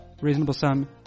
reasonable-sum